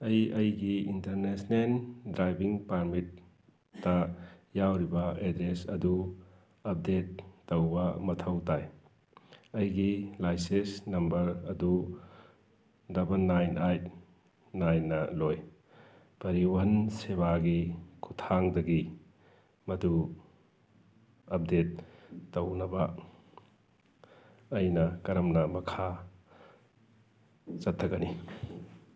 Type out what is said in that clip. ꯑꯩ ꯑꯩꯒꯤ international driving ꯄꯥꯔꯃꯤꯠꯇ ꯌꯥꯎꯔꯤꯕ ꯑꯦꯗ꯭ꯔꯦꯁ ꯑꯗꯨ ꯑꯞꯗꯦꯠ ꯇꯧꯕ ꯃꯊꯧ ꯇꯥꯏ ꯑꯩꯒꯤ ꯂꯥꯏꯁꯦꯁ ꯅꯝꯕꯔ ꯑꯗꯨ ꯗꯕꯟ ꯅꯥꯏꯟ ꯑꯥꯏꯠ ꯅꯥꯏꯟꯅ ꯂꯣꯏ ꯄꯔꯤꯋꯟ ꯁꯦꯋꯥꯒꯤ ꯈꯨꯊꯥꯡꯗꯒꯤ ꯃꯗꯨ ꯑꯞꯗꯦꯠ ꯇꯧꯅꯕ ꯑꯩꯅ ꯀꯔꯝꯅ ꯃꯈꯥ ꯆꯠꯊꯒꯅꯤ